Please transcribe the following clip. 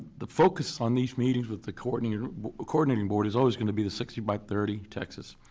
the focus on these meetings with the coordinating coordinating board is always gonna be the sixty by thirty texas.